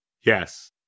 Yes